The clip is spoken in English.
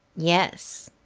yes.